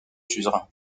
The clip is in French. suzerains